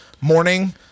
morning